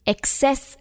Excess